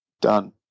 done